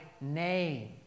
name